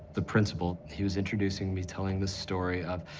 the principal, he was introducing me, telling the story of,